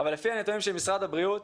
לפי הנתונים של משרד הבריאות